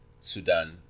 Sudan